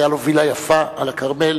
היתה לו וילה יפה על הכרמל,